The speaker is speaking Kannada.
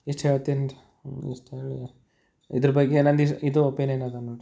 ಇಷ್ಟು ಹೇಳ್ತೀನ್ರಿ ಇಷ್ಟು ಹೇಳಿ ಇದ್ರ ಬಗ್ಗೆ ನಂದು ಇದು ಇದು ಒಪೆನಿಯನ್ ಅದ ನೋಡಿರಿ